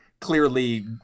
clearly